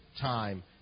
time